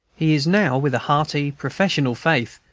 he is now, with a hearty professional faith,